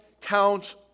count